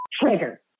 trigger